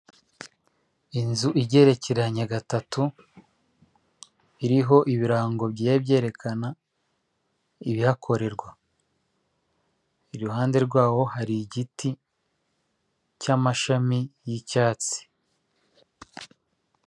Umuhanda munini hakurya y'umuhanda hari inzu nini icururizwamo ibintu bitandukanye hari icyapa cy'amata n'icyapa gicuruza farumasi n'imiti itandukanye.